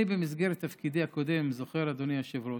אני, במסגרת תפקידי הקודם, אדוני היושב-ראש,